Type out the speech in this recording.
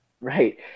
right